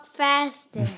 faster